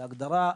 להגדרה,